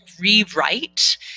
rewrite